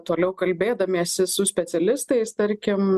toliau kalbėdamiesi su specialistais tarkim